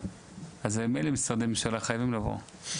אז מילא משרדי ממשלה חייבים לבוא,